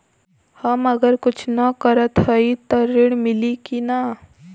हम अगर कुछ न करत हई त ऋण मिली कि ना?